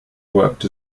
worked